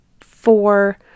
four